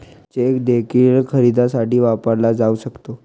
check देखील खरेदीसाठी वापरला जाऊ शकतो